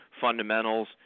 fundamentals